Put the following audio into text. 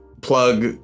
plug